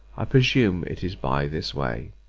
i presume it is by this way.